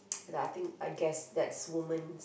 yeah I think I guess that's women